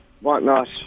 whatnot